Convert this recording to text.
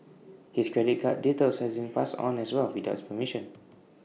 his credit card details had been passed on as well without his permission